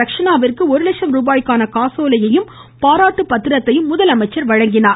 ரக்ஷனாவிற்கு ஒரு லட்ச ருபாய்க்கான காசோலையையும் பாராட்டு பத்திரத்தையும் முதலமைச்சர் வழங்கினார்